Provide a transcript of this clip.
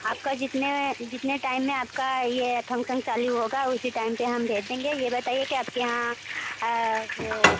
आपका जितने में जितने टाइम मे आपका ये फंक्सन चालू होगा उसी टाइम पर हम भेज देंगे यह बताइए कि आपके यहाँ वो